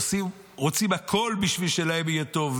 עושים, רוצים הכול בשביל שיהיה להם טוב.